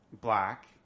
black